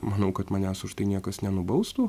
manau kad manęs už tai niekas nenubaustų